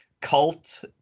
cult